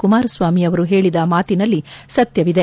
ಕುಮಾರಸ್ವಾಮಿ ಅವರು ಹೇಳಿದ ಮಾತಿನಲ್ಲಿ ಸತ್ಯವಿದೆ